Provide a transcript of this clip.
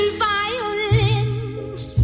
violins